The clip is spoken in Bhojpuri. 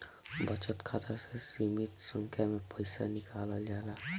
बचत खाता से सीमित संख्या में पईसा निकालल जाला